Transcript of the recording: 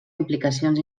implicacions